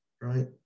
right